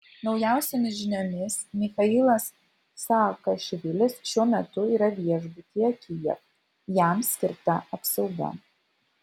naujausiomis žiniomis michailas saakašvilis šiuo metu yra viešbutyje kijev jam skirta apsauga